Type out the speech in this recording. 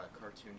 cartoon